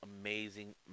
amazing